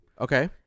Okay